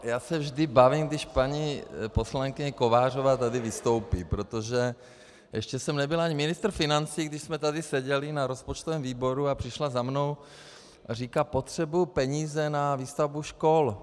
Já se vždy bavím, když paní poslankyně Kovářová tady vystoupí, protože ještě jsem nebyl ani ministr financí, když jsme tady seděli na rozpočtovém výboru a přišla za mnou a říká: Potřebuji peníze na výstavbu škol.